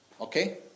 Okay